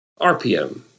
RPM